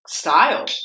style